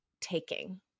taking –